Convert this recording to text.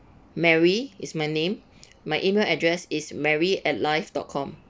mary is my name my email address is mary at live dot com